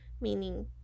meaning